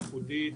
ייחודית,